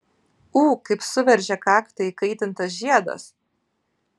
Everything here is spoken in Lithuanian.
ū kaip suveržė kaktą įkaitintas žiedas